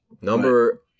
Number